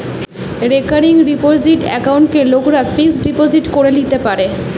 recurring deposit একাউন্টকে লোকরা fixed deposit করে লিতে পারে